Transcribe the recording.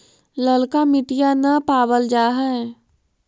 ललका मिटीया न पाबल जा है?